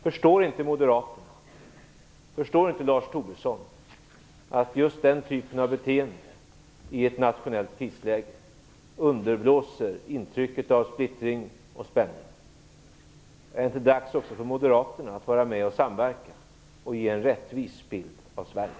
Förstår inte Moderaterna och Lars Tobisson att just den typen av beteende i ett nationellt krisläge underblåser intrycket av splittring och spänning? Är det inte dags också för Moderaterna att samverka och ge en rättvis bild av Sverige?